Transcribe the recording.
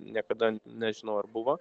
niekada nežinau ar buvo